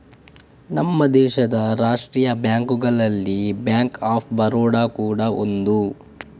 ನಮ್ಮ ದೇಶದ ರಾಷ್ಟೀಯ ಬ್ಯಾಂಕುಗಳಲ್ಲಿ ಬ್ಯಾಂಕ್ ಆಫ್ ಬರೋಡ ಕೂಡಾ ಒಂದು